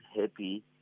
happy